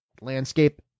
landscape